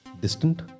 distant